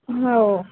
हो